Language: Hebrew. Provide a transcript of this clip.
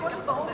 כמו שברור לי,